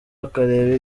akareba